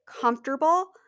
comfortable